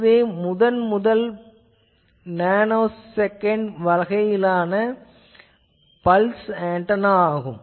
இதுவே முதன் முதல் நேனோ செகன்ட் வகையான பல்ஸ் ஆன்டெனா ஆகும்